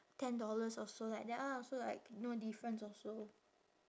ten dollars also like that ah so like no difference also